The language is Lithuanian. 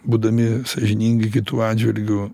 būdami sąžiningi kitų atžvilgiu